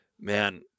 man